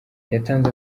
yatanze